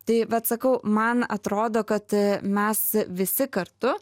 taip vat sakau man atrodo kad mes visi kartu